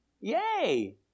Yay